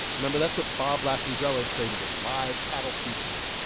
remember, that's what bob lassandrello traded in, live cattle futures,